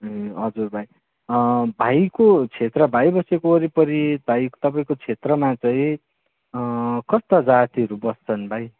ए हजुर भाइ भाइको क्षेत्र भाइ बसेको वरिपरि भाइ तपाईँको क्षेत्रमा चाहिँ कस्ता जातिहरू बस्छन् भाइ